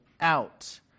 out